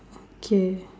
okay